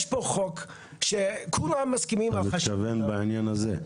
יש פה חוק שכולם מסכימים -- אתה מתכוון בעניין הזה.